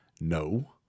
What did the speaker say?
No